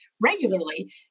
regularly